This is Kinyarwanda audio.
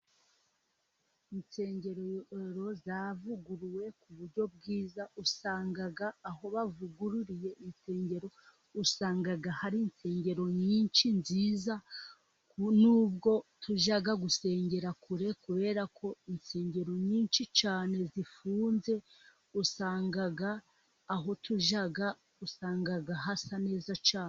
Insengeroro zavuguruwe ku buryo bwiza, usanga aho bavugururiye insengero, usanga hari insengero nyinshi nziza, nubwo tujya gusengera kure kubera ko insengero nyinshi cyane zifunze, usanga aho tujya usanga hasa neza cyane.